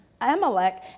Amalek